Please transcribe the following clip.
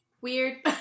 Weird